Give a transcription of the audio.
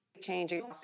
changing